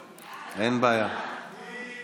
להעביר את הצעת חוק לייעול האכיפה והפיקוח